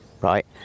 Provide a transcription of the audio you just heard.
right